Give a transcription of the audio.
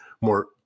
more